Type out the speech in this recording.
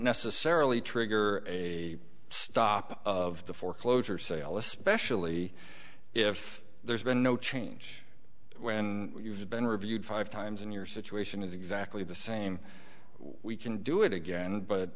necessarily trigger a stop of the foreclosure sale especially if there's been no change when you've been reviewed five times in your situation is exactly the same we can do it again but